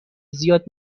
زیاد